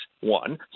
one